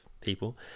people